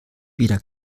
wieder